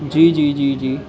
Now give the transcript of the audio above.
جی جی جی جی